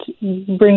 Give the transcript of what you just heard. bring